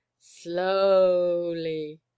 slowly